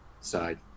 Side